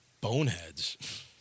boneheads